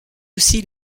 aussi